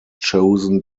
chosen